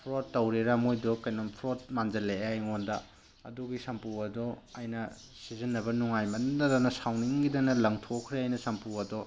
fraud ꯇꯧꯔꯤꯔ ꯃꯣꯏꯗꯣ ꯀꯩꯅꯣꯝ ꯐ꯭ꯔꯣꯠ ꯃꯥꯟꯁꯤꯜꯂꯛꯑꯦ ꯑꯩꯉꯣꯟꯗ ꯑꯗꯨꯒꯤ ꯁꯝꯄꯨ ꯑꯗꯣ ꯑꯩꯅ ꯁꯤꯖꯤꯟꯅꯕ ꯅꯨꯡꯉꯥꯏꯃꯟꯗꯗꯅ ꯁꯥꯎꯅꯤꯡꯈꯤꯗꯅ ꯂꯪꯊꯣꯛꯈ꯭ꯔꯦ ꯑꯩꯅ ꯁꯝꯄꯨ ꯑꯗꯣ